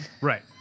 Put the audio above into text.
Right